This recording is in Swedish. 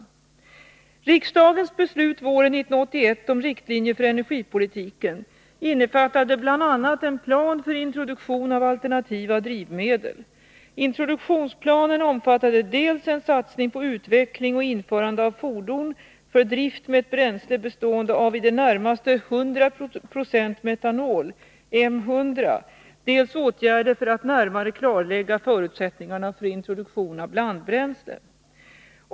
Riksdagens beslut våren 1981 om riktlinjer för energipolitiken innefattade bl.a. en plan för introduktion av alternativa drivmedel. Introduktionsplanen omfattade dels en satsning på utveckling och införande av fordon för drift med ett bränsle bestående av i det närmaste 100 26 metanol , dels åtgärder för att närmare klarlägga förutsättningarna för introduktion av blandbränsle.